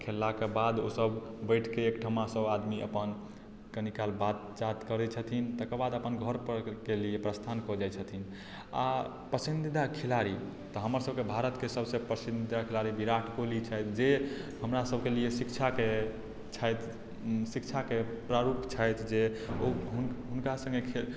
आ खेललाक बाद ओसभ बैठि कऽ एकठमा सभआदमी अपन कनि काल बात चात करैत छथिन तकर बाद अपन घरपर के लिए प्रस्थान कऽ जाइत छथिन आ पसन्दीदा खिलाड़ी तऽ हमरसभक भारतके सभसँ प्रसिद्ध खिलाड़ी विराट कोहली छथि जे हमरासभके लिये शिक्षाके छथि शिक्षाके प्रारूप छथि जे ओ हुनका सङ्गे खेल